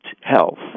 health